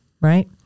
right